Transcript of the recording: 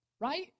right